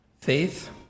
faith